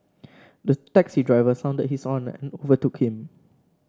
the taxi driver sounded his horn and overtook him